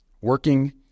working